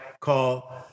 call